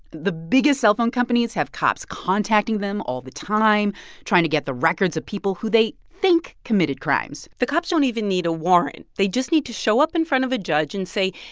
the biggest cellphone companies have cops contacting them all the time trying to get the records of people who they think committed crimes the cops don't even need a warrant. they just need to show up in front of a judge and say,